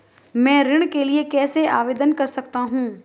मैं ऋण के लिए कैसे आवेदन कर सकता हूं?